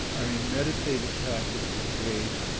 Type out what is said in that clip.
i mean, meditative practices, great.